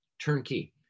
Turnkey